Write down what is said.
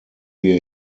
wir